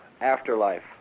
Afterlife